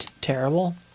terrible